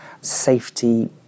safety